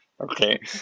Okay